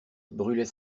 brûlait